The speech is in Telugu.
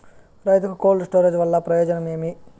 రైతుకు కోల్డ్ స్టోరేజ్ వల్ల ప్రయోజనం ఏమి?